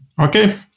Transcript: Okay